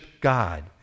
God